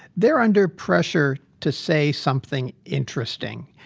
they're under pressure to say something interesting,